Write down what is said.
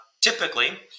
Typically